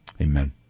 amen